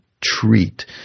treat